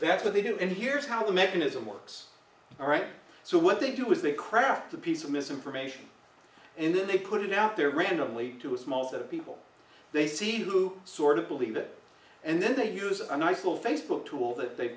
that's what they do and here's how the mechanism works all right so what they do is they craft a piece of misinformation and then they put it out there randomly to a small set of people they see who sort of believe it and then they use a nice little facebook tool that they've